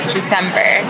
December